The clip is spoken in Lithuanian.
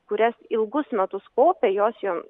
kurias ilgus metus kaupė jos jom